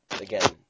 again